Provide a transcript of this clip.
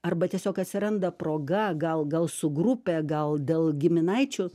arba tiesiog atsiranda proga gal gal su grupe gal dėl giminaičių